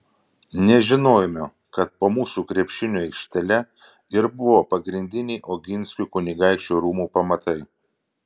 nežinojome kad po mūsų krepšinio aikštele ir buvo pagrindiniai oginskių kunigaikščių rūmų pamatai